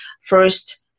first